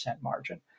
margin